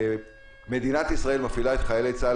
היום מדינת ישראל מפעילה את חיילי צה"ל